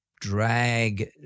drag –